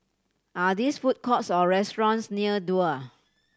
are this food courts or restaurants near Duo